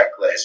checklist